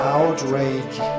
outrage